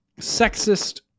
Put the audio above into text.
sexist